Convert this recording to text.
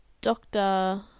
doctor